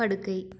படுக்கை